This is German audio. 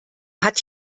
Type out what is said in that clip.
hat